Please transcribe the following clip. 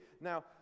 Now